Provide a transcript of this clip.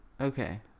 okay